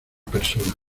persona